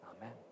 Amen